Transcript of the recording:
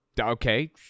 Okay